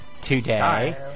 today